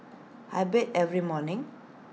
I bathe every morning